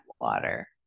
water